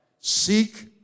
Seek